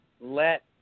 let –